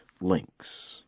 links